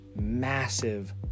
massive